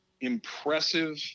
impressive